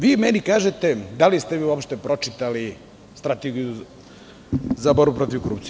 Vi meni kažete – da li ste vi uopšte pročitali Strategiju za borbu protiv korupcije?